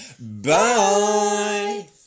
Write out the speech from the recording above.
bye